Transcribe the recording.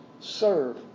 serve